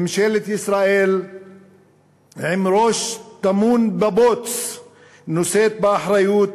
ממשלת ישראל עם ראש טמון בבוץ נושאת באחריות